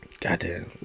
Goddamn